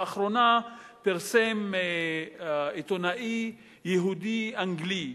לאחרונה פרסם עיתונאי יהודי אנגלי,